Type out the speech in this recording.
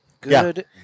Good